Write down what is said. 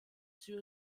sur